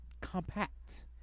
compact